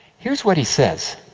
here is what he says.